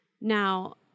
Now